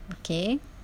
okay